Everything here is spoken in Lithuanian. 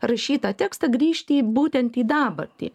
rašytą tekstą grįžti į būtent į dabartį